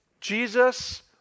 Jesus